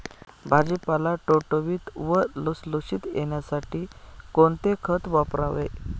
भाजीपाला टवटवीत व लुसलुशीत येण्यासाठी कोणते खत वापरावे?